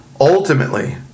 ultimately